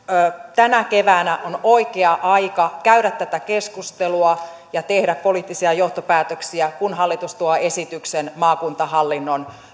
tänä keväänä on oikea aika käydä tätä keskustelua ja tehdä poliittisia johtopäätöksiä kun hallitus tuo esityksen maakuntahallinnon